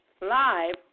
live